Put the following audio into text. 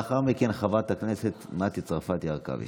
לאחר מכן, חברת הכנסת מטי צרפתי הרכבי.